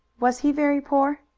was he very poor?